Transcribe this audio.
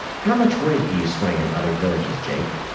how much weight do you swing in other villages, jake?